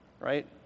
Right